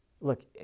Look